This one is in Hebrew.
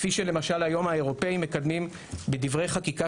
כפי שלמשל היום האירופאים מקדמים בדברי חקיקה